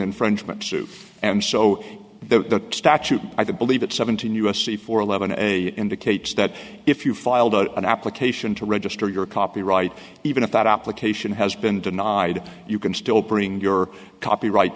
infringement suit and so the statute i believe it seventeen u s c four eleven a indicates that if you filed an application to register your copyright even if that application has been denied you can still bring your copyright